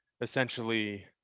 essentially